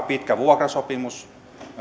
pitkä vuokrasopimus